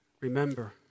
remember